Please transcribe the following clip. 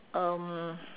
um